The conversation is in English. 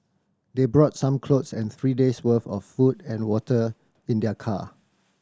they brought some clothes and three days' worth of food and water in their car